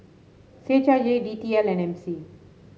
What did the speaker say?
C H I J D T L and M C